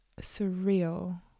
surreal